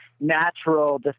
natural